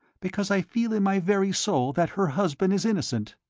because i feel in my very soul that her husband is innocent.